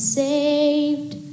saved